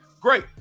Great